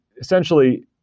essentially